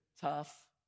tough